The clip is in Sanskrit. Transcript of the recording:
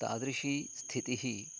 तादृशी स्थितिः